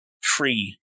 free